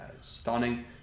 stunning